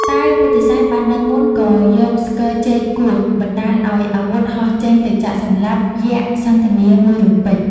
តែពុទ្ធិសែនបានដឹងមុនក៏យកស្គរជ័យគោះ បណ្តាលឲ្យអាវុធហោះចេញទៅចាក់សម្លាប់យក្ខសន្ធមារមួយរំពេច។